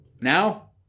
now